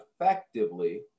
effectively